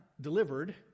delivered